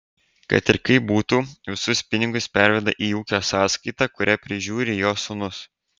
kad ir kaip būtų visus pinigus perveda į ūkio sąskaitą kurią prižiūri jo sūnus